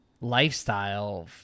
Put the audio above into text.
lifestyle